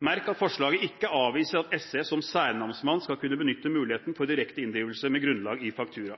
Merk at forslaget ikke avviser at SI som særnamsmann skal kunne benytte muligheten for direkte inndrivelse med grunnlag i faktura .